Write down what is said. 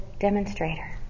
demonstrator